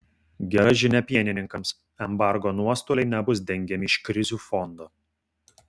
gera žinia pienininkams embargo nuostoliai nebus dengiami iš krizių fondo